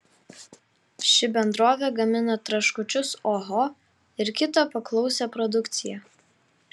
ši bendrovė gamina traškučius oho ir kitą paklausią produkciją